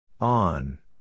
On